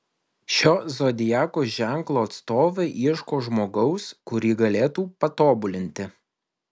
šio zodiako ženklo atstovai ieško žmogaus kurį galėtų patobulinti